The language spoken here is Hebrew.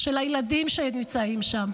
של הילדים שנמצאים שם,